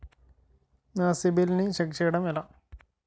నా సిబిఐఎల్ ని ఛెక్ చేయడం ఎలా?